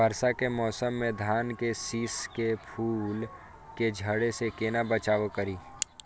वर्षा के मौसम में धान के शिश के फुल के झड़े से केना बचाव करी?